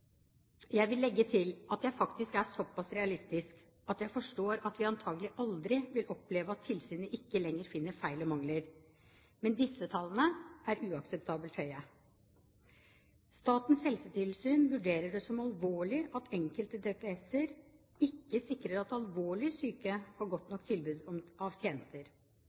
Jeg vil legge til at jeg faktisk er såpass realistisk at jeg forstår at vi antakelig aldri vil oppleve at tilsynet ikke lenger finner feil og mangler – men disse tallene er uakseptabelt høye. Statens helsetilsyn vurderer det som alvorlig at enkelte DPS-er ikke sikrer at alvorlig syke har godt nok tilbud på tjenester. Pasientene må få informasjon om